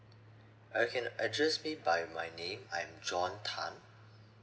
uh you can address me by my name I'm john tan